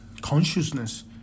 consciousness